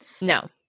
No